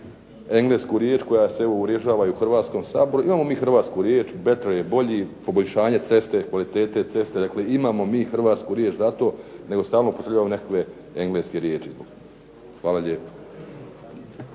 englesku riječ koja se uvriježava u Hrvatskom saboru, imamo mi Hrvatsku riječ poboljšanje ceste, imamo mi Hrvatsku riječ za to, nego stalno upotrebljavamo nekakve engleske riječi. Hvala lijepo.